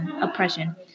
oppression